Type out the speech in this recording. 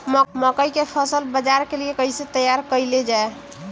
मकई के फसल बाजार के लिए कइसे तैयार कईले जाए?